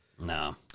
No